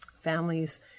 families